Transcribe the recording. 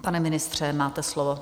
Pane ministře, máte slovo.